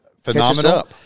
phenomenal